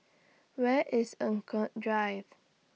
Where IS Eng Kong Drive